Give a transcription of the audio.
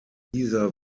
dieser